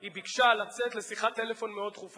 היא ביקשה לצאת לשיחת טלפון מאוד דחופה,